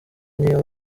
niyo